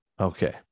Okay